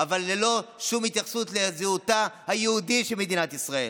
אבל ללא שום ההתייחסות לזהותה היהודית של מדינת ישראל.